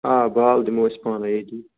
آ بال دِمَو أسۍ پانٕے ییٚتی